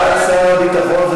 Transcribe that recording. החוץ והביטחון,